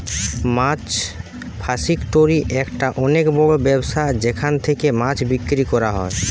মাছ fish factory একটা অনেক বড় ব্যবসা যেখান থেকে মাছ বিক্রি করা হয়